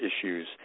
issues